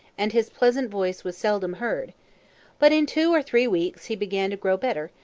and his pleasant voice was seldom heard but in two or three weeks he began to grow better,